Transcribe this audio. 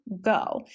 go